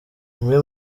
bamwe